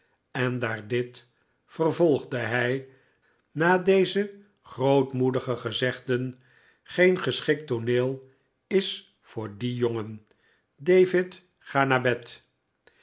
en daar dit vervolgde hij na deze grootmoedige gezegden geen geschikt tooneel is voor dien jongen david ga naar bed